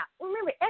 remember